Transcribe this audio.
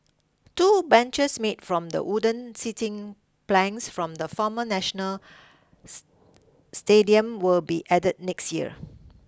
two benches made from the wooden seating planks from the former National Stadium will be added next year